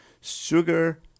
Sugar